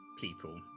people